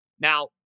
Now